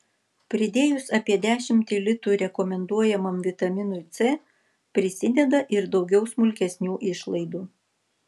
pridėjus apie dešimtį litų rekomenduojamam vitaminui c prisideda ir daugiau smulkesnių išlaidų